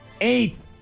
Eighth